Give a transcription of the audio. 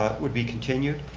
ah would be continued.